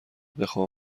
بخابم